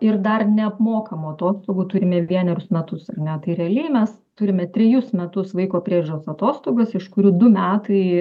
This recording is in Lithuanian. ir dar neapmokamų atostogų turime vienerius metus ar ne tai realiai mes turime trejus metus vaiko priežiūros atostogas iš kurių du metai